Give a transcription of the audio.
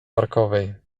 parkowej